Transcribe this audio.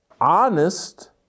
honest